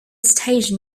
station